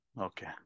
Okay